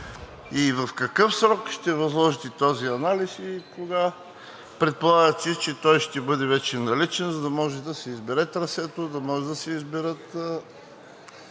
В какъв срок ще възложите този анализ и кога предполагате, че той ще бъде вече наличен, за да може да се избере трасето, да може да се изберат